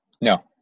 No